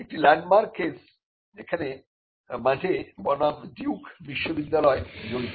একটি landmark case যেখানে Madey বনাম ডিউক বিশ্ববিদ্যালয় জড়িত